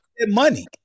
money